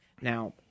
Now